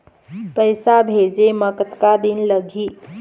पैसा भेजे मे कतका दिन लगही?